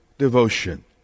devotion